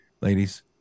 ladies